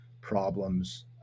problems